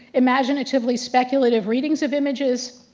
imaginatively speculative readings of images,